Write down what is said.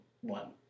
one